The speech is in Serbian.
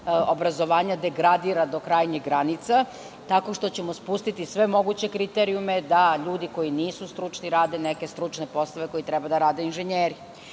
obrazovanja degradira do krajnjih granica tako što ćemo spustiti sve moguće kriterijume da ljudi koji nisu stručni rade neke stručne poslove koje treba da rade inženjeri. Vi